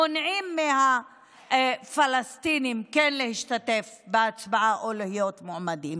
מונעים מהפלסטינים להשתתף בהצבעה או להיות מועמדים,